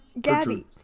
Gabby